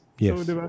yes